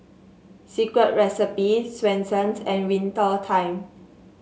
Secret Recipe Swensens and Winter Time